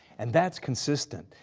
and that's consistent,